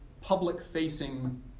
public-facing